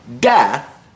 death